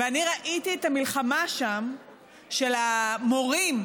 ואני ראיתי את המלחמה שם של המורים,